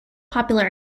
popular